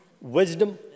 Wisdom